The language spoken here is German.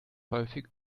häufig